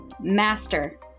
Master